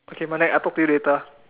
okay I talk to you later